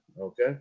Okay